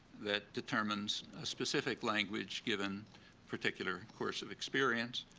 that determines a specific language given particular course of experience,